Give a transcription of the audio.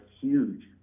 huge